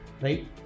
right